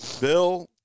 bill